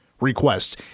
requests